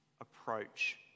approach